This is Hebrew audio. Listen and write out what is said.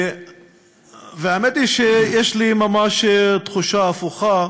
והאמת היא שיש לי ממש תחושה הפוכה,